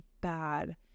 bad